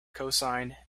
cosine